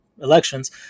Elections